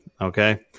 okay